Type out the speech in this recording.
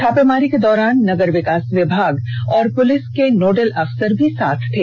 छापेमारी के दौरान नगर विकास विभाग और पुलिस के नोडल अफसर भी साथ थे